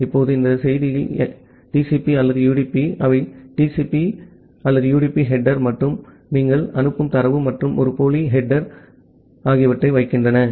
இப்போது இந்த செய்தியில் எனவே TCP அல்லது UDP அவை TCP அல்லது UDP தலைப்பு மற்றும் நீங்கள் அனுப்பும் தரவு மற்றும் ஒரு போலி தலைப்பு ஆகியவற்றை வைக்கின்றன